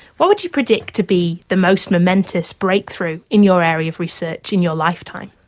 what would you predicted to be the most momentous breakthrough in your area of research in your lifetime?